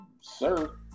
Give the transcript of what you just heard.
sir